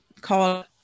call